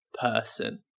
person